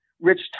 rich